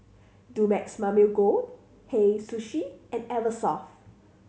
Dumex Mamil Gold Hei Sushi and Eversoft